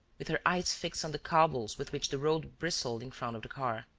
with her eyes fixed on the cobbles with which the road bristled in front of the car.